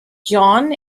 john